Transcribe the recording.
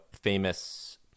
famous